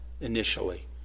initially